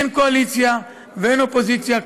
אין קואליציה ואין אופוזיציה,